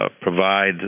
provide